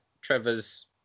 Trevor's